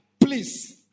please